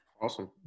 Awesome